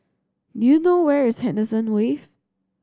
do you know where is Henderson Wave